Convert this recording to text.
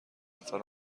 نفر